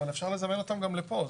אבל אפשר לזמן אותם גם לפה.